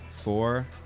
four